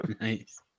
nice